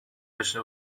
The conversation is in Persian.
بشه